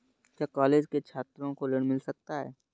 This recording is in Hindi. क्या कॉलेज के छात्रो को ऋण मिल सकता है?